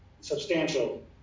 substantial